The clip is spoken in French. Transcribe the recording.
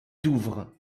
douvres